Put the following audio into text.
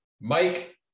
Mike